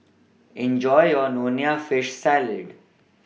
Enjoy your Nonya Fish Salad